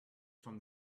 from